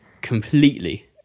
Completely